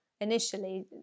initially